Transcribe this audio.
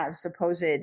supposed